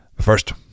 First